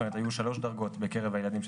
זאת אומרת היו שלוש דרגות בקרב הילדים,